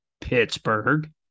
Pittsburgh